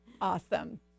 Awesome